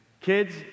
kids